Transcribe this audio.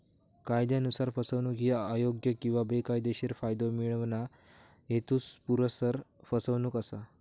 कायदयानुसार, फसवणूक ही अयोग्य किंवा बेकायदेशीर फायदो मिळवणा, हेतुपुरस्सर फसवणूक असा